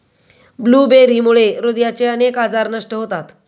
ब्लूबेरीमुळे हृदयाचे अनेक आजार नष्ट होतात